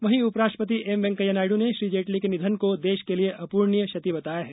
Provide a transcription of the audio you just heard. वहीं उपराष्ट्रपति एम वेंकैया नायड् ने श्री जेटली के निधन को देश के लिए अपूर्णीय क्षति बताया है